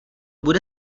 bude